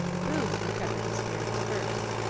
boo recovered his spirits first,